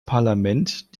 parlament